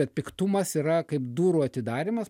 bet piktumas yra kaip durų atidarymas